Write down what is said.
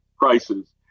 prices